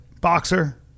Boxer